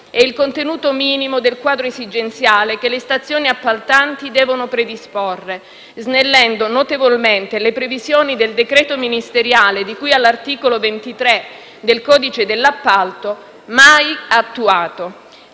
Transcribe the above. e il contenuto minimo del quadro esigenziale che le stazioni appaltanti devono predisporre, snellendo notevolmente le previsioni del decreto ministeriale di cui all'articolo 23 del codice degli appalti mai attuato.